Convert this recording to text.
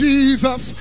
Jesus